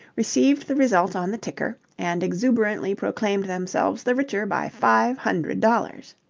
received the result on the ticker and exuberantly proclaimed themselves the richer by five hundred dollars.